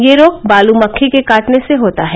यह रोग बालू मक्खी के काटने से होता है